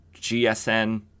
GSN